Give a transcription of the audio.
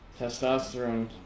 Testosterone